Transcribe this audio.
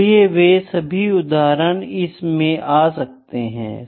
इसलिए वे सभी उदाहरण इस में आ सकते है